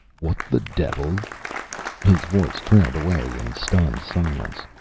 what the devil his voice trailed away in stunned silence.